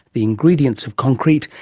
the ingredients of concrete,